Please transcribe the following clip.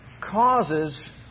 causes